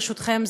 ברשותכם,